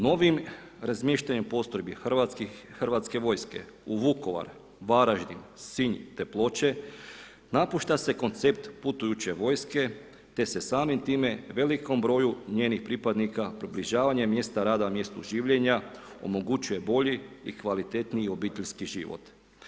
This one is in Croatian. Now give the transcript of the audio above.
Novim razmještanjem postrojbi Hrvatske vojske u Vukovar, Varaždin, Sinj, te Ploče napušta se koncept putujuće vojske te se samim time velikom broju njenih pripadnika približavanjem mjesta rada mjestu življenja omogućuje bolji i kvalitetniji obiteljski život.